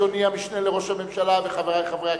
אדוני המשנה לממשלה וחברי חברי הכנסת,